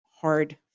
hard